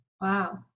Wow